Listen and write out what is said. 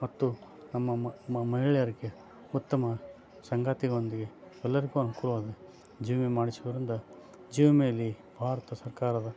ಮತ್ತು ನಮ್ಮ ಮಹಿಳೆಯರಿಗೆ ಉತ್ತಮ ಸಂಗಾತಿಯೊಂದಿಗೆ ಎಲ್ಲರಿಗೂ ಅನನುಕೂಲವಾಗಿ ಜೀವ ವಿಮೆ ಮಾಡಿಸೋದರಿಂದ ಜೀವ ವಿಮೇಲಿ ಭಾರತ ಸರ್ಕಾರದ